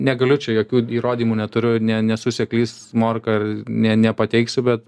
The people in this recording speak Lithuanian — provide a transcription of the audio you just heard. negaliu čia jokių įrodymų neturiu ne nesu seklys morka ne nepateiksiu bet